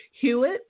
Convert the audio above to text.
Hewitt